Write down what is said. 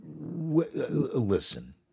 Listen